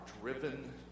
driven